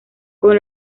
con